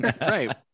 right